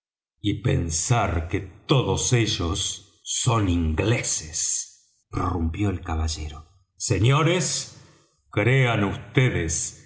y pensar que todos ellos son ingleses prorrumpió el caballero señores crean